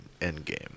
Endgame